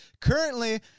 currently